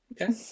Okay